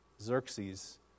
Xerxes